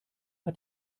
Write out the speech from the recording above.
hat